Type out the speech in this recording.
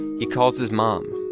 he calls his mom.